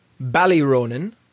Ballyronan